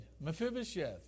Mephibosheth